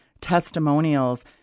testimonials